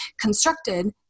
constructed